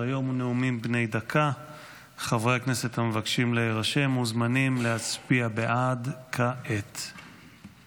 נאומים בני דקה 4 בועז טופורובסקי (יש עתיד): 4 מירב כהן (יש עתיד):